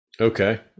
Okay